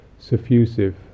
suffusive